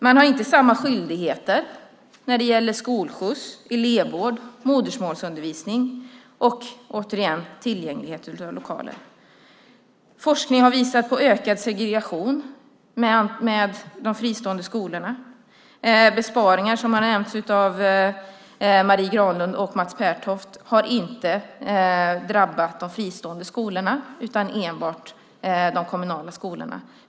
Man har inte samma skyldigheter när det gäller skolskjuts, elevvård, modersmålsundervisning och tillgänglighet till lokaler. Forskning har visat att fristående skolor leder till ökad segregation. Marie Granlund och Mats Pertoft nämnde att besparingar inte har drabbat de fristående skolorna utan enbart de kommunala skolorna.